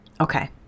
Okay